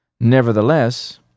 Nevertheless